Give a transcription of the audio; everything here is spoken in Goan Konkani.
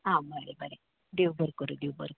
आ बरें बरें देव बरें करूं देव बरें करूं